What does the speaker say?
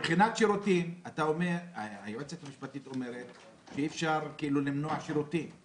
מבחינת שירותים היועצת המשפטית אומרת שאי-אפשר למנוע שירותים.